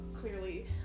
clearly